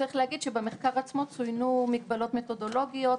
צריך להגיד שבמחקר עצמו צוינו מגבלות מתודולוגיות,